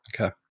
Okay